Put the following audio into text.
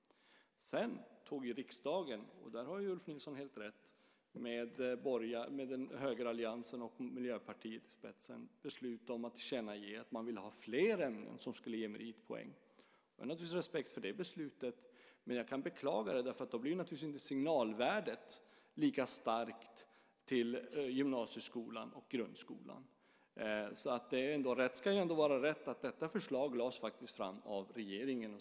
Sedan tog riksdagen, och där har Ulf Nilsson helt rätt, med högeralliansen och Miljöpartiet i spetsen, beslut om att tillkännage att man ville ha fler ämnen som skulle ge meritpoäng. Jag har naturligtvis respekt för detta beslut. Men jag kan beklaga det därför att signalvärdet till gymnasieskolan och grundskolan då naturligtvis inte blir lika starkt. Rätt ska ändå vara rätt att detta förslag faktiskt lades fram av regeringen.